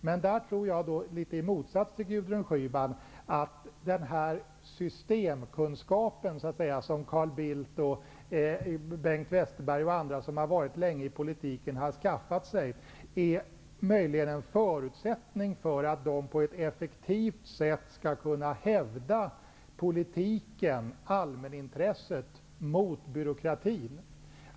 Men i motsats till Gudrun Schyman tror jag att den Westerberg och andra med lång erfarenhet i politiken har skaffat sig möjligen är en förutsättning för att de på ett effektivt sätt skall kunna hävda politiken, allmänintresset, mot byråkratin.